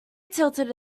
tilted